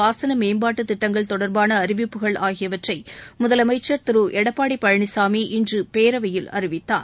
பாசன மேம்பாட்டுத் திட்டங்கள் தொடர்பான அறிவிப்புகள் ஆகியவற்றை முதலமைச்சர் திரு எடப்பாடி பழனிசாமி இன்று பேரவையில் அறிவித்தார்